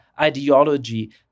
ideology